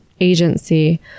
agency